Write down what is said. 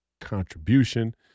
contribution